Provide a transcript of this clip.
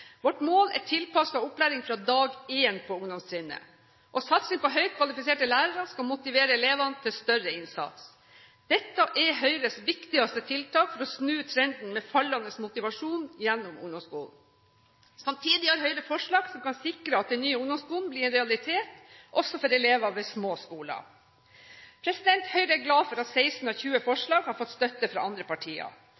Vårt mål er tilpasset opplæring fra dag én på ungdomstrinnet, og satsing på høyt kvalifiserte lærere skal motivere elevene til større innsats. Dette er Høyres viktigste tiltak for å snu trenden med fallende motivasjon gjennom ungdomsskolen. Samtidig har Høyre forslag som kan sikre at den nye ungdomsskolen blir en realitet også for elever ved små skoler. Høyre er glad for at 16 av 20